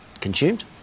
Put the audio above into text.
consumed